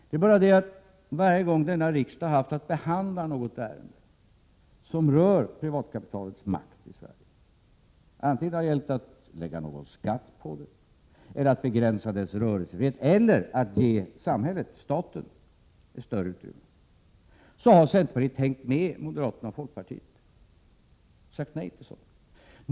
Det är bara det att varje gång denna riksdag haft att behandla något ärende som rör privatkapitalets makt i Sverige — antingen det har gällt att lägga någon skatt på det, att begränsa dess rörelsefrihet eller att ge samhället, staten, ett större utrymme — så har centerpartiet hängt med moderaterna och folkpartiet och sagt nej.